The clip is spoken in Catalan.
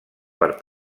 per